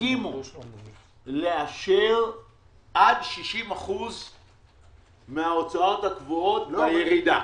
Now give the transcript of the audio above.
הסכימו לאשר עד 60% מההוצאות הקבועות בירידה.